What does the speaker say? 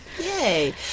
Yay